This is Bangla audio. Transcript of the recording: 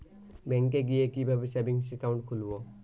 ব্যাঙ্কে গিয়ে কিভাবে সেভিংস একাউন্ট খুলব?